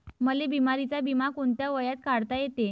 मले बिमारीचा बिमा कोंत्या वयात काढता येते?